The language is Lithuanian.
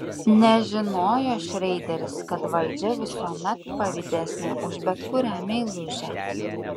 nežinojo šreideris kad valdžia visuomet pavydesnė už bet kurią meilužę